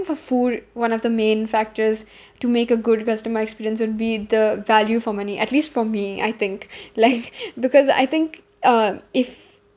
for food one of the main factors to make a good customer experience would be the value for money at least for me I think like because I think uh if